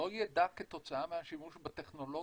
לא ידע כתוצאה מהשימוש בטכנולוגיה.